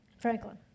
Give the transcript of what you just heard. Franklin